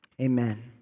amen